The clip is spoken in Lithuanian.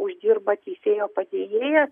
uždirba teisėjo padėjėjas